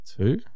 Two